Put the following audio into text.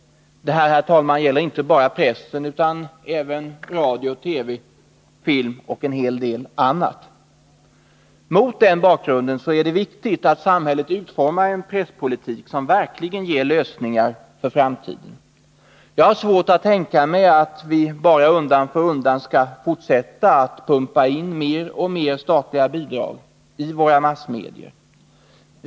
Detta, herr talman, gäller inte bara pressen utan även radio och TV, film och en hel del annat. Mot den bakgrunden är det viktigt att samhället utformar en presspolitik som verkligen ger lösningar för framtiden. Jag har svårt att tänka mig att vi bara undan för undan skall fortsätta att pumpa in mer och mer statliga bidrag i våra massmedier.